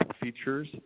features